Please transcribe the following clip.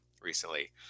recently